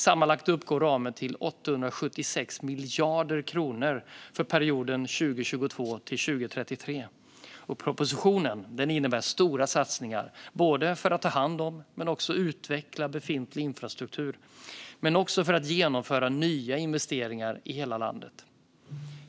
Sammanlagt uppgår ramen till 876 miljarder kronor för perioden 2022-2033. Propositionen innebär stora satsningar både för att ta hand om och utveckla befintlig infrastruktur och för att genomföra nya investeringar i hela landet.